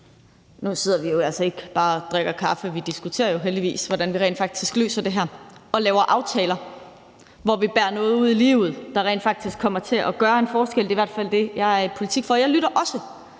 Nu sidder vi jo altså ikke bare og drikker kaffe. Vi diskuterer jo heldigvis, hvordan vi rent faktisk løser det her, og laver aftaler, hvor vi bærer noget ud i livet, der rent faktisk kommer til at gøre en forskel; det er i hvert fald det, jeg er i politik for. Jeg lytter også